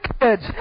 kids